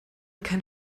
kein